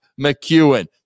McEwen